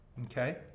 Okay